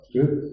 Good